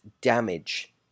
damage